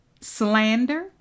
slander